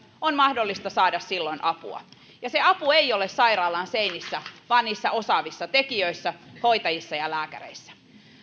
on mahdollista saada apua ja se apu ei ole sairaalan seinissä vaan niissä osaavissa tekijöissä hoitajissa ja lääkäreissä